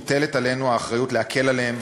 מוטלת עלינו האחריות להקל עליהם,